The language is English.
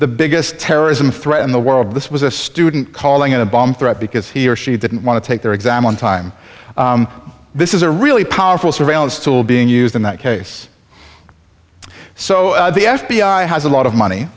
the biggest terrorism threat in the world this was a student calling in a bomb threat because he or she didn't want to take their exam on time this is a really powerful surveillance tool being used in that case so the f b i has a lot of money